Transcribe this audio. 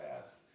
fast